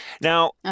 Now